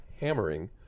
hammering